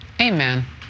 Amen